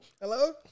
Hello